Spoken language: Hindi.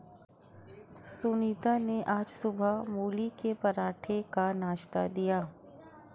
सुनीता ने आज सुबह मूली के पराठे का नाश्ता दिया